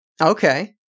Okay